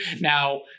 Now